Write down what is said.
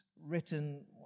written